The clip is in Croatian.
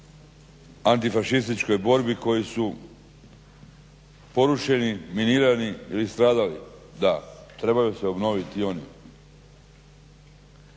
antifašističkoj borbi koji su porušeni, minirani ili stradali, da trebaju se obnoviti i oni.